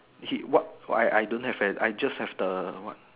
what what I I don't have fence I just have the what